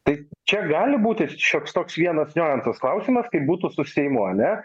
tai čia gali būti šioks toks vienas niuansas klausimas kaip būtų su seimu ane